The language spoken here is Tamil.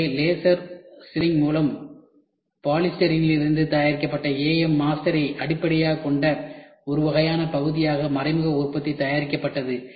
எனவே லேசர் சின்தேரிங் மூலம் பாலிஸ்டிரீனிலிருந்து தயாரிக்கப்பட்ட AM மாஸ்டரை அடிப்படையாகக் கொண்ட ஒரு வகையான பகுதியாக மறைமுக உற்பத்தி தயாரிக்கப்பட்டது